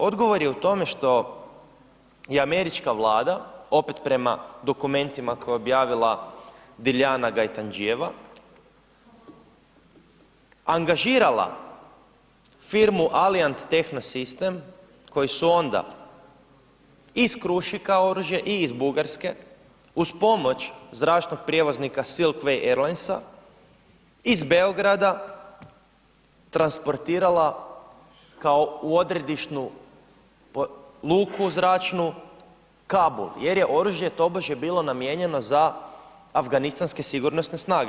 Odgovor je u tome što je američka vlada opet prema dokumentima koje je objavila Dilijana Gajtandžijeva angažirala firmu Alliant Techsystems koji su onda iz Krušika oružje i iz Bugarske uz pomoć zračnog prijevoznika Silk Way Airlinesa iz Beograda transportirala kao u odredišnu luku zračnu Kabul jer je oružje tobože bilo namijenjeno za Aafganistanske sigurnosne snage.